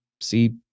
See